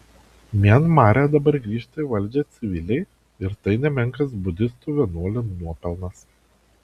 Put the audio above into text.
mianmare dabar grįžta į valdžią civiliai ir tai nemenkas budistų vienuolių nuopelnas